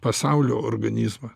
pasaulio organizmą